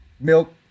Milk